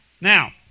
Now